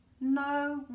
No